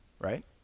right